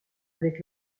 avec